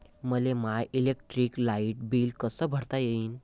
मले my electric light bill कस भरता येईल?